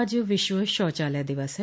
आज विश्व शौचालय दिवस है